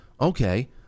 okay